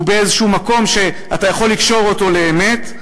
באיזשהו מקום שאתה יכול לקשור אותו לאמת,